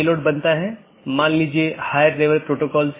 BGP एक बाहरी gateway protocol है